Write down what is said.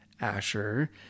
Asher